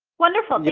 wonderful.